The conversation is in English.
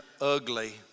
ugly